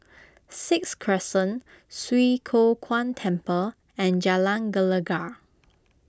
Sixth Crescent Swee Kow Kuan Temple and Jalan Gelegar